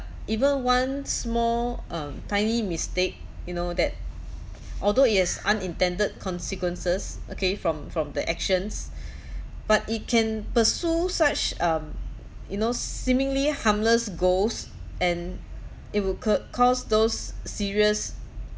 even once more um tiny mistake you know that although it has unintended consequences okay from from the actions but it can pursue such um you know seemingly harmless goals and it would ca~ cause those serious